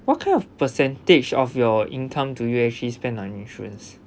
what kind of percentage of your income do you actually spend on insurance